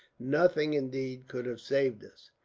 nothing, indeed, could have saved us.